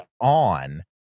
on